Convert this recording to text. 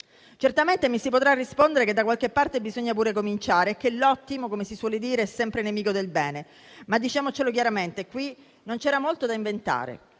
Certamente mi si potrà rispondere che da qualche parte bisogna pur cominciare e che l'ottimo, come si suol dire, è sempre nemico del bene; diciamocelo chiaramente, però: in questo caso non c'era molto da inventare,